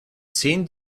zehn